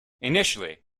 initially